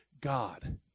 God